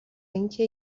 اینکه